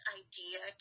idea